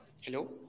Hello